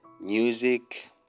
Music